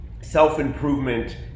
self-improvement